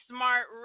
Smart